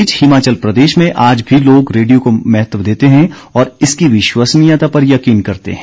इस बीच हिमाचल प्रदेश में आज भी लोग रेडियो को महत्व देते हैं और इसकी विश्वसनीयता पर यकीन करते हैं